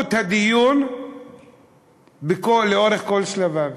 מורכבות הדיון לאורך כל שלביו.